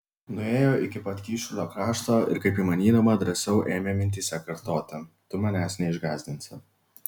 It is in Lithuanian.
nuėjo iki pat kyšulio krašto ir kaip įmanydama drąsiau ėmė mintyse kartoti tu manęs neišgąsdinsi